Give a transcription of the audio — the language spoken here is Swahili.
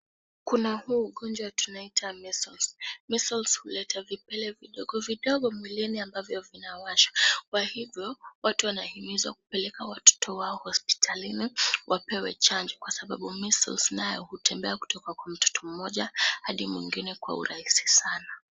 Kuna huu ugonjwa tunaita Measles . Measles huleta vipele vidogo vidogo mwilini ambavyo vinawasha. Kwa hivyo watu wanahimizwa kupeleka watoto wao hospitalini wapewe chanjo kwa sababu measles nayo hutembea kutoka kwa mtoto mmoja hadi mwingine kwa urahisi sana.